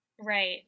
Right